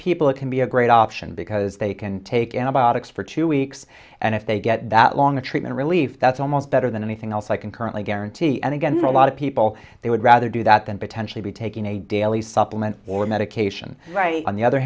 people can be a great option because they can take antibiotics for two weeks and if they get that long a treatment relief that's almost better than anything else i can currently guarantee and against a lot of people they would rather do that than potentially be taking a daily supplement or medication right on the other